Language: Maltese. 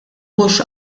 mhux